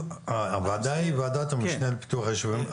הוועדה היא ועדת המשנה לפיתוח היישובים.